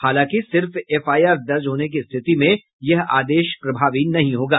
हालांकि सिर्फ एफआईआर दर्ज होने की रिथति में यह आदेश प्रभावी नहीं होगा